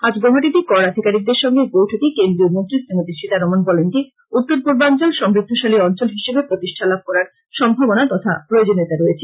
আজ গৌহাটীতে কর আধিকারিকদের সঙ্গে এক বৈঠকে কেন্দ্রীয় মন্ত্রী শ্রীমতি সীতারমন বলেন যে উত্তর পূর্বাঞ্চল সমৃদ্ধশালী অঞ্চল হিসাবে প্রতিষ্ঠা লাভ করার সম্ভাবনা তথা প্রযোজনীয়তা রয়েছে